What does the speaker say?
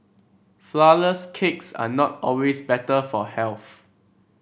flourless cakes are not always better for health